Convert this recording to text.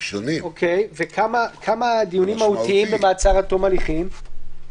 כמה דיונים מהותיים במעצר עד תום ההליכים?